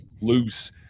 loose